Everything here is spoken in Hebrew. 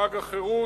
חג החירות.